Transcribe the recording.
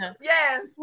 Yes